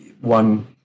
one